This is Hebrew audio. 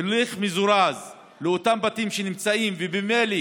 הליך מזורז לאותם בתים שנמצאים וממילא